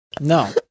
No